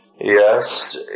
Yes